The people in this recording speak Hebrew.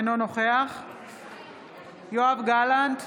אינו נוכח יואב גלנט,